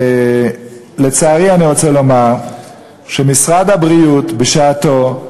לצערי, אני רוצה לומר שמשרד הבריאות בשעתו,